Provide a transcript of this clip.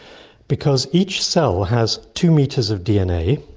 because each cell has two metres of dna